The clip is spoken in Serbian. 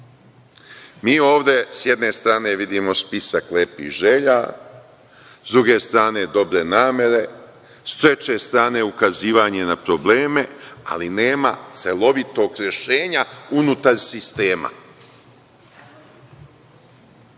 Mi ovde s jedne strane vidimo spisak lepih želja, s druge strane, dobre namere, s treće strane ukazivati na probleme, ali nema celovitog rešenja unutar sistema. Vidite,